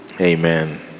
Amen